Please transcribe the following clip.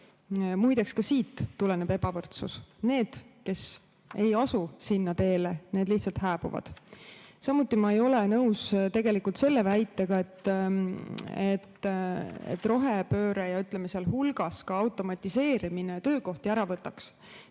Muide, ka siit tuleneb ebavõrdsus. Need, kes ei asu sellele teele, lihtsalt hääbuvad. Samuti ei ole ma nõus selle väitega, et rohepööre, sealhulgas automatiseerimine, töökohti ära võtaks.